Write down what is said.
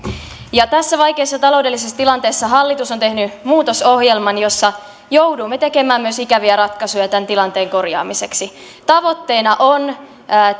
tässä vaikeassa taloudellisessa tilanteessa hallitus on tehnyt muutosohjelman jossa joudumme tekemään myös ikäviä ratkaisuja tämän tilanteen korjaamiseksi tavoitteena on